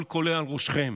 כל-כולו על ראשכם.